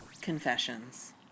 Confessions